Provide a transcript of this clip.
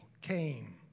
came